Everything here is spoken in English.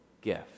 gift